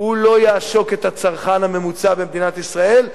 הוא לא יעשוק את הצרכן הממוצע במדינת ישראל,